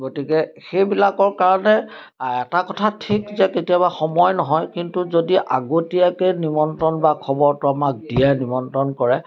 গতিকে সেইবিলাকৰ কাৰণে এটা কথা ঠিক যে কেতিয়াবা সময় নহয় কিন্তু যদি আগতীয়াকে নিমন্ত্ৰণ বা খবৰটো আমাক দিয়ে নিমন্ত্ৰণ কৰে